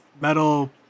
metal